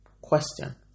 Question